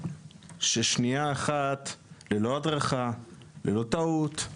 ששנייה אחת ללא הדרכה, ללא טעות,